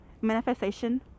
Manifestation